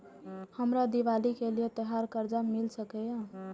हमरा दिवाली के लिये त्योहार कर्जा मिल सकय?